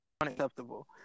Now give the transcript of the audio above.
unacceptable